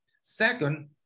Second